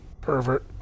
pervert